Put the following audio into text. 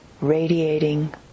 radiating